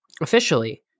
officially